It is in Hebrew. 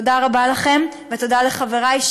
תודה רבה לכם, ותודה לחברי.